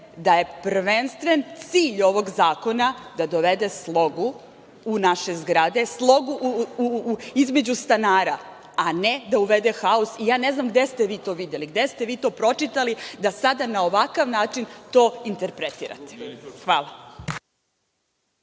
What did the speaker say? da je prvenstven cilj ovog zakona da dovede slogu u naše zgrade, slogu između stanara, a ne da uvede haos. Ne znam gde ste vi to videli i gde ste vi to pročitali da sada na ovakav način to interpretirate? Hvala.